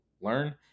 learn